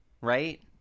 right